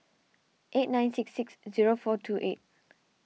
eight nine six six zero four two eight